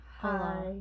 Hi